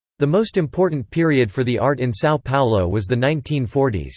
the most important period for the art in sao paulo was the nineteen forty s.